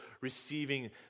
receiving